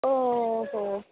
ఓహో